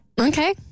Okay